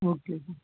okay sir